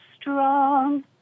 strong